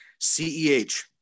CEH